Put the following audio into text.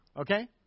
okay